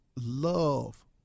love